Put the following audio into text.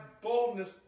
boldness